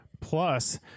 plus